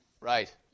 Right